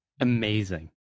Amazing